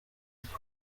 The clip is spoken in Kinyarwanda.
iki